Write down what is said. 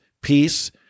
peace